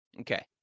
Okay